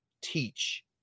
teach